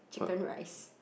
Chicken-Rice